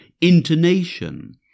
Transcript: intonation